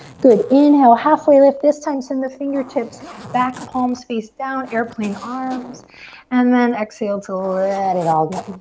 good, inhale, halfway lift. this time send the fingertips back, palms face down, airplane arms and then exhale to let it all but and